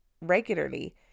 regularly